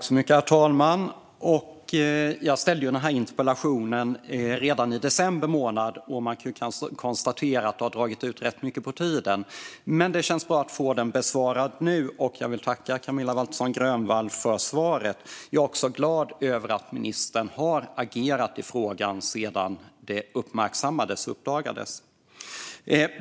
Herr talman! Jag ställde denna interpellation redan i december månad. Vi kan ju konstatera att det har dragit ut rätt mycket på tiden, men det känns bra att få den besvarad nu. Jag vill tacka Camilla Waltersson Grönvall för svaret. Jag är också glad över att ministern har agerat i frågan sedan detta uppdagades.